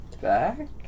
back